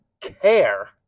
care